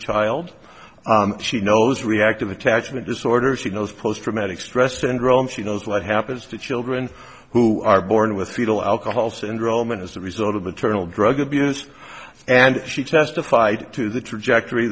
child she knows reactive attachment disorder she knows post traumatic stress syndrome she knows what happens to children who are born with fetal alcohol syndrome and as a result of maternal drug abuse and she testified to the trajectory